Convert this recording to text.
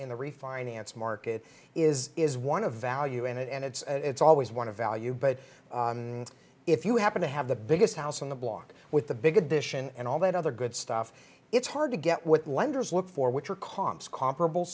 in the refinance market is is one of value and it's always one of value but if you happen to have the biggest house on the block with the big addition and all that other good stuff it's hard to get what lenders look for which are comps comparable